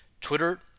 Twitter